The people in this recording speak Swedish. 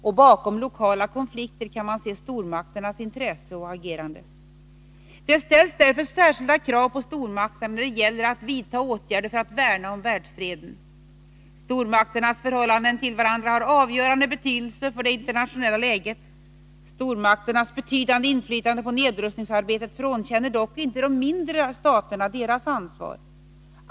Bakom många lokala konflikter kan man se stormakternas intresse och agerande. Det ställs därför särskilda krav på stormakterna när det gäller att vidta åtgärder för att värna om världsfreden. Stormakternas förhållande till varandra har avgörande betydelse för det internationella läget. Stormakternas betydande inflytande på nedrustningsarbetet frånkänner dock inte de mindre staterna deras ansvar.